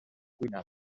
cuinat